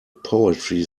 poetry